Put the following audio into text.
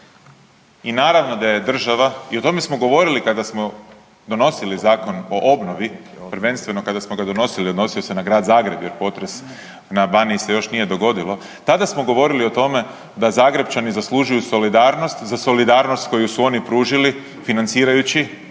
I naravno da je država i o tome smo govorili kada smo donosili Zakon o obnovi, prvenstveno kada smo ga donosili odnosio se na Grad Zagreba jer potres se na Baniji još nije dogodio. Tada smo govorili o tome da Zagrepčani zaslužuju solidarnost za solidarnost koju su oni pružili financirajući